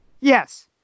Yes